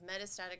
metastatic